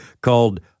called